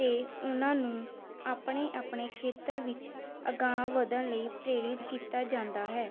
ਅਤੇ ਉਹਨਾਂ ਨੂੰ ਆਪਣੇ ਆਪਣੇ ਖੇਤਰ ਵਿੱਚ ਅਗਾਂਹ ਵਧਣ ਲਈ ਪ੍ਰੇਰਿਤ ਕੀਤਾ ਜਾਂਦਾ ਹੈ